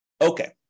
Okay